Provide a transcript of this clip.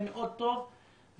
מאוד טוב ונכון.